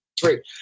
three